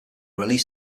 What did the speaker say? released